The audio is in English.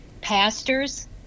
Pastors